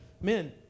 Men